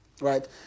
Right